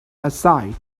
aside